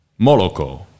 Moloko